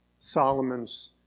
Solomon's